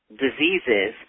diseases